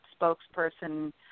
spokesperson